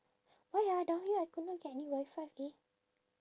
why ah down here I could not get any WiFi leh